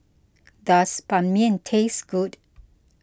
does Ban Mian taste good